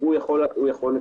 הוא יכול להתקין.